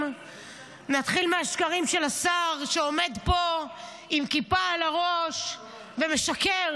נתחיל מהשקרים של השר שעומד עם כיפה על הראש ומשקר.